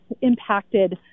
impacted